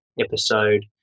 episode